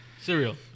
Cereal